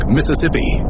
Mississippi